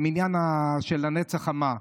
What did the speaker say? במניין של הנץ החמה.